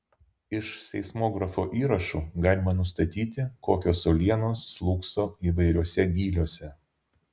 iš seismografo įrašų galima nustatyti kokios uolienos slūgso įvairiuose gyliuose